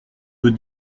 deux